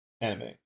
anime